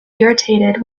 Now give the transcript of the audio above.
irritated